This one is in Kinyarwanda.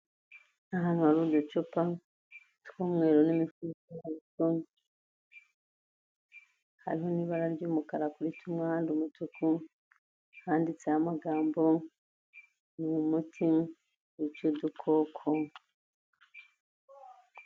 Ahantu hari uducupa tw'umweru n'imifuniko yatwo, hariho n'ibara ry'umukara kuri tumwe ahandi umutuku, handitseho amagambo, ni umuti wica udukoko.